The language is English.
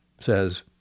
says